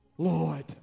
Lord